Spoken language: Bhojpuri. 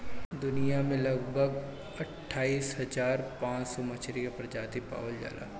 दुनिया में लगभग अट्ठाईस हज़ार पाँच सौ मछरी के प्रजाति पावल जाला